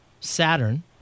Saturn